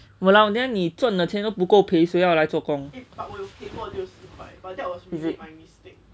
!walao! then 你赚的钱都不够赔谁要来做工 is it